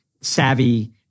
savvy